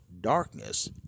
darkness